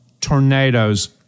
tornadoes